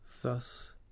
Thus